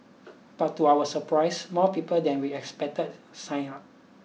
but to our surprise more people than we expected signed up